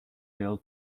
bill